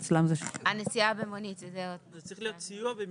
זה צריך להיות סיוע במימון,